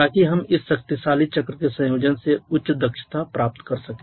ताकि हम इस शक्तिशाली चक्र के संयोजन से उच्च दक्षता प्राप्त कर सकें